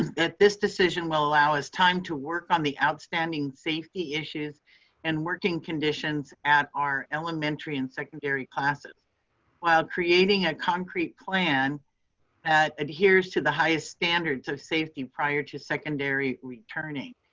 that this decision will allow us time to work on the outstanding safety issues and working conditions at our elementary and secondary classes while creating a concrete plan that adheres to the highest standards of safety prior to secondary returning.